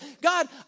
God